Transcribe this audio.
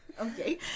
Okay